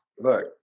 look